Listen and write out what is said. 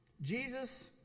Jesus